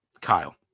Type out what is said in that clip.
kyle